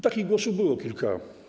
Takich głosów było kilka.